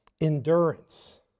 endurance